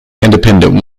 independent